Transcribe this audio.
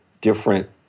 different